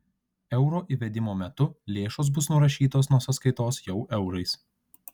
euro įvedimo metu lėšos bus nurašytos nuo sąskaitos jau eurais